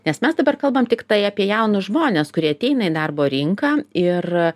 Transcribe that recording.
nes mes dabar kalbam tiktai apie jaunus žmones kurie ateina į darbo rinką ir